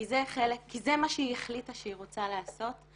כי זה מה שהיא החליטה שהיא רוצה לעשות.